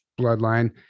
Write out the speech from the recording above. bloodline